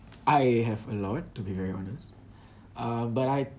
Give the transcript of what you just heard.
I have a lot to be very honest uh but I